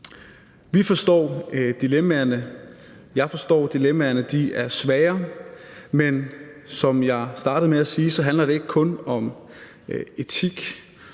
jeg forstår dilemmaerne – de er svære. Men som jeg startede med at sige, handler det ikke kun om etik